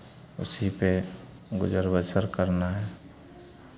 उसी पे गुजर बसर करना है